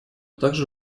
также